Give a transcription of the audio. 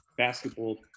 basketball